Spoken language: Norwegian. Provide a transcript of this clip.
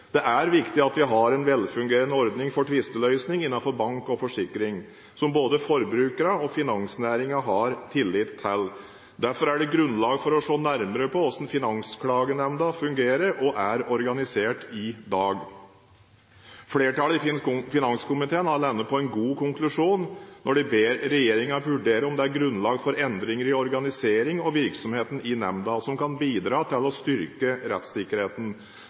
Det er viktig at vi har en velfungerende ordning for tvisteløsning innenfor bank og forsikring som både forbrukerne og finansnæringen har tillit til. Derfor er det grunnlag for å se nærmere på hvordan Finansklagenemnda fungerer og er organisert i dag. Flertallet i finanskomiteen har landet på en god konklusjon når de vil be regjeringen vurdere om det er grunnlag for endringer i organiseringen og virksomheten i nemnda som kan bidra til å styrke rettssikkerheten.